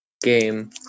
game